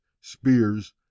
spears